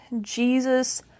Jesus